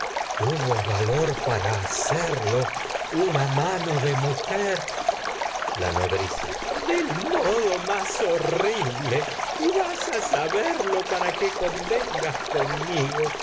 eso valor para hacerlo una mano mujer nodriza la berlo tró del modo más horrible porque y vas a sa para que convengas y conmigo